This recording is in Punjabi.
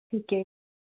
ਠੀਕ ਹੈ